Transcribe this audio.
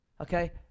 Okay